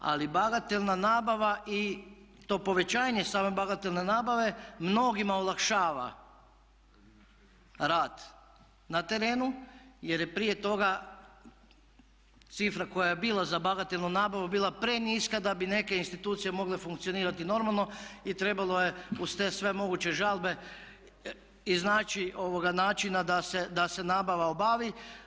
Ali bagatelna nabava i to povećanje same bagatelne nabave mnogima olakšava rad na terenu jer je prije toga cifra koja je bila za bagatelnu nabavu bila preniska da bi neke institucije mogle funkcionirati normalno i trebalo je uz te sve moguće žalbe iznaći načina da se nabava obavi.